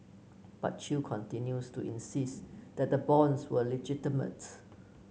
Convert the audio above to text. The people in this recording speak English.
but Chew continues to insist that the bonds were legitimate